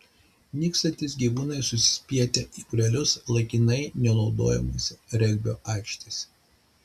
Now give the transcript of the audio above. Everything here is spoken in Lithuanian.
nykstantys gyvūnai susispietę į būrelius laikinai nenaudojamose regbio aikštėse